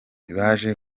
baje